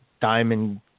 diamond